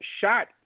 shot